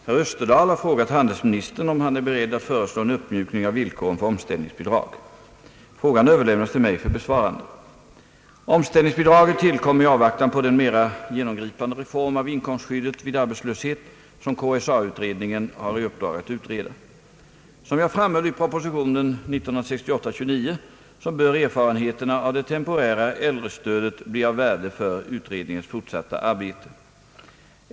Herr talman! Herr Österdahl har frågat handelsministern om denne är beredd att föreslå en uppmjukning av villkoren för omställningsbidrag. Frågan har överlämnats till mig för besvarande. Omställningsbidraget tillkom i avvaktan på den mera genomgripande reform av inkomstskyddet vid arbetslöshet som KSA-utredningen har i uppdrag att utreda. Som jag framhöll i propositionen 1968: 29 bör erfarenheterna av det temporära äldre-stödet bli av värde för utredningens fortsatta arbete.